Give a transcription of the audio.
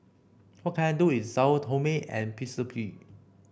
what can I do is Sao Tome and Principe